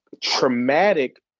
traumatic